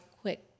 quick